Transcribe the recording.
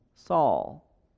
Saul